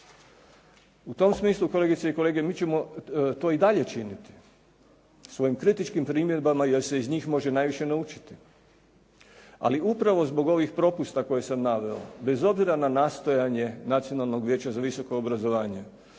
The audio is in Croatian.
U tom smislu kolegice i kolege mi ćemo to i dalje činiti svojim kritičkim primjedbama jer se iz njih može najviše naučiti ali upravo zbog ovih propusta koje sam naveo bez obzira na nastojanje Nacionalnog vijeća za visoko obrazovanje